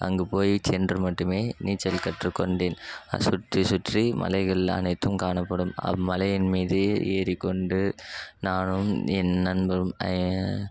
அங்கு போய் சென்று மட்டுமே நீச்சல் கற்றுக் கொண்டேன் சுற்றிச் சுற்றி மலைகள் அனைத்தும் காணப்படும் அம்மலையின் மீது ஏறிக்கொண்டு நானும் என் நண்பரும்